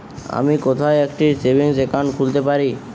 আমি কোথায় একটি সেভিংস অ্যাকাউন্ট খুলতে পারি?